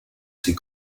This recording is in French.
ses